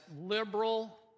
liberal